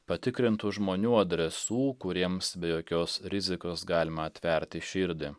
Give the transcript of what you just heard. patikrintų žmonių adresų kuriems be jokios rizikos galima atverti širdį